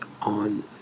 on